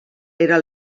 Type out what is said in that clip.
era